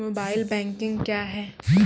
Mobile banking क्या हैं?